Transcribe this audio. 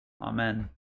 Amen